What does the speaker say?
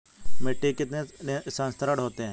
मिट्टी के कितने संस्तर होते हैं?